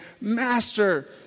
Master